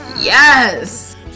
Yes